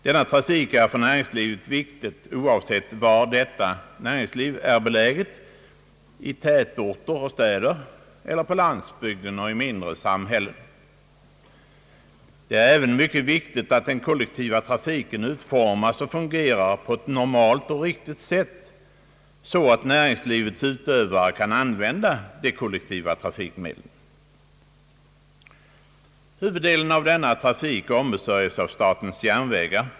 Den na trafik är för näringslivet viktig, oavsett var näringslivet är beläget — i tätorter och städer eller på landsbygden och i mindre samhällen. Det är även mycket viktigt att den kollektiva trafiken utformas och fungerar på ett normalt och riktigt sätt, så att näringslivets utövare kan använda de kollektiva trafikmedlen. Huvuddelen av denna trafik ombesörjes av statens järnvägar.